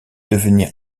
devenir